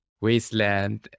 wasteland